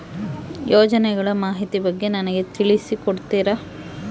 ಯೋಜನೆಗಳ ಮಾಹಿತಿ ಬಗ್ಗೆ ನನಗೆ ತಿಳಿಸಿ ಕೊಡ್ತೇರಾ?